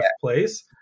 place